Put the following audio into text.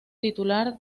titular